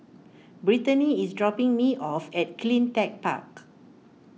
Britany is dropping me off at CleanTech Park